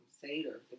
Seder